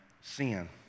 sin